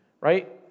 right